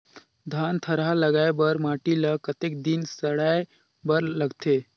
धान थरहा लगाय बर माटी ल कतेक दिन सड़ाय बर लगथे?